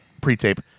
pre-tape